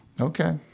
Okay